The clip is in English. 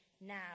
now